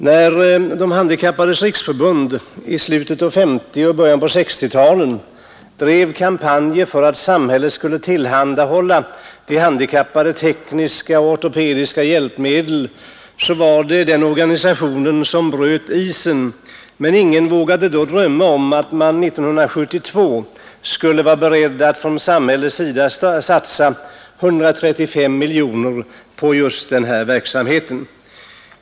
När De handikappades riksförbund i slutet av 1950 och början av 1960-talen drev kampanjer för att samhället skulle tillhandahålla de handikappade tekniska och ortopediska hjälpmedel var det denna organisation som bröt isen. Men ingen vågade då drömma om att man 1972 skulle vara beredd från samhällets sida att satsa 135 miljoner kronor på just denna verksamhet.